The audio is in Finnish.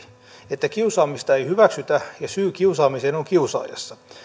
että kiusaamista ei hyväksytä ja syy kiusaamiseen on kiusaajassa